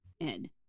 Ed